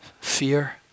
fear